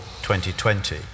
2020